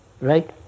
Right